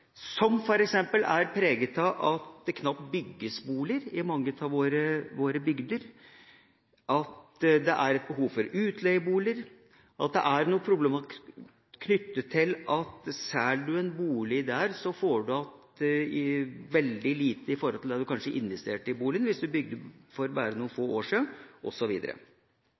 som f.eks. er preget av at det knapt bygges boliger i mange av våre bygder, at det er et behov for utleieboliger, at det er problematikk knyttet til at om en selger en bolig der, får en tilbake veldig lite i forhold til det en kanskje investerte i boligen, hvis en bygde for bare noen få år